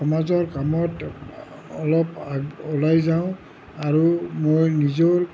সমাজৰ কামত অলপ ওলাই যাও আৰু মই নিজৰ